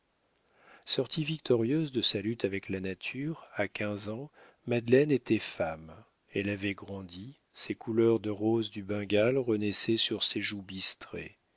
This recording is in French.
sortie victorieuse de sa lutte avec la nature à quinze ans madeleine était femme elle avait grandi ses couleurs de rose du bengale renaissaient sur ses joues bistrées